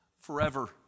forever